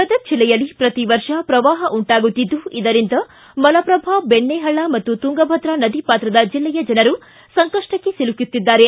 ಗದಗ ಜಿಲ್ಲೆಯಲ್ಲಿ ಪ್ರತಿ ವರ್ಷ ಪ್ರವಾಹ ಉಂಟಾಗುತ್ತಿದ್ದು ಇದರಿಂದ ಮಲಪ್ರಭಾ ಬೆಣ್ಣಪಳ್ಳ ಹಾಗೂ ತುಂಗಭದ್ರಾ ನದಿ ಪಾತ್ರದ ಜಿಲ್ಲೆಯ ಜನರು ಸಂಕಷ್ಟಕ್ಕೆ ಸಿಲುಕುತ್ತಿದ್ದಾರೆ